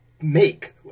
make